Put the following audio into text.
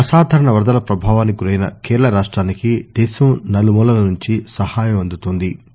అసాధారణ వరదల ప్రభావానికి గురైన కేరళ రాష్టానికి దేశం నలుమూలల నుంచి సహాయం అందుతున్న ది